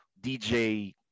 DJ